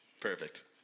Perfect